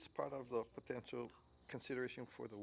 it's part of the potential consideration for the